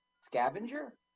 scavenger